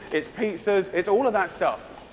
it's pizzas, it's all of that stuff.